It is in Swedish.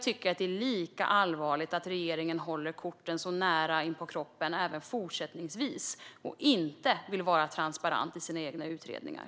Det är lika allvarligt att regeringen håller korten så nära inpå kroppen även fortsättningsvis och inte vill vara transparent i sina egna utredningar.